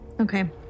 Okay